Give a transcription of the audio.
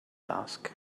ask